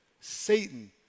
Satan